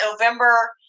november